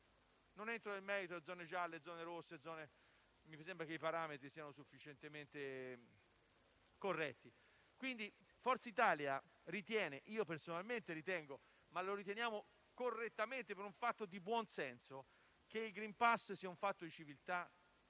Non entro nel merito delle zone gialle e delle zone rosse. Mi sembra che i parametri siano sufficientemente corretti. Forza Italia ritiene e io personalmente ritengo, correttamente, per una questione di buon senso, che il *green pass* sia un fatto di civiltà,